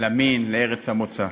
למין, לארץ המוצא.